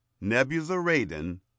nebuzaradan